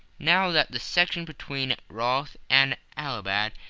now that the section between rothal and allahabad,